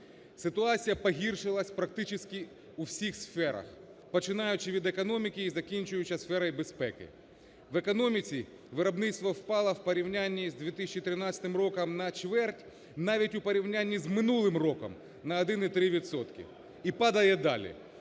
Ситуація погіршилася практически у всіх сферах, починаючи від економіки і закінчуючи сферою безпеки. В економіці виробництво впало в порівнянні з 2013 роком на чверть, навіть у порівнянні з минулим роком – на 1,3 відсотки і падає далі.